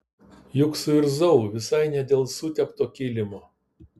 juk suirzau visai ne dėl sutepto kilimo